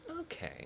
Okay